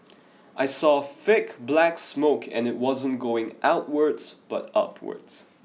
I saw a thick black smoke and it wasn't going outwards but upwards